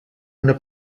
una